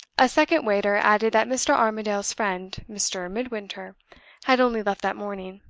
a second waiter added that mr. armadale's friend mr. midwinter had only left that morning.